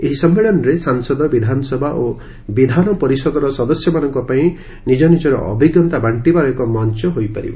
ଏହି ସମ୍ମିଳନୀରେ ସାଂସଦ ବିଧାନସଭା ଓ ବିଧାନ ପରିଷଦର ସଦସ୍ୟମାନଙ୍କପାଇଁ ନିଜ ନିଜର ଅଭିଜ୍ଞତା ବାଣ୍ଟିବାର ଏକ ମଞ୍ଚ ହୋଇପାରିବ